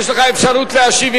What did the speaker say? יש לך אפשרות להשיב,